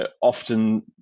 often